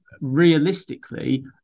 realistically